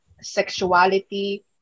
sexuality